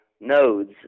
nodes